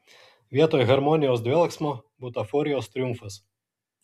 vietoj harmonijos dvelksmo butaforijos triumfas